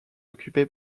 occupé